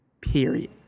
period